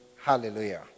Hallelujah